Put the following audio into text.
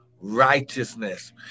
righteousness